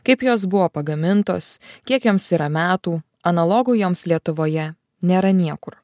kaip jos buvo pagamintos kiek joms yra metų analogų joms lietuvoje nėra niekur